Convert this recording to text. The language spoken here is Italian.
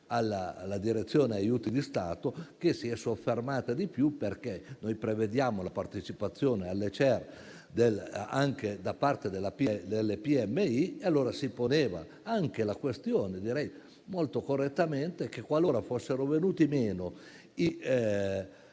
alla Direzione aiuti di Stato, che si è soffermata di più, perché prevediamo la partecipazione alle CER anche da parte della piccole e medie imprese e quindi si poneva anche la questione, direi molto correttamente, che qualora fossero venuti meno